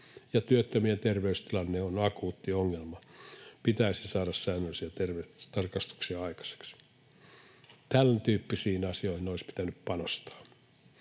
ja työttömien terveystilanne on akuutti ongelma, eli pitäisi saada säännöllisiä terveystarkastuksia aikaiseksi — tämäntyyppisiin asioihin olisi pitänyt panostaa.